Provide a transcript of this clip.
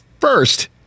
first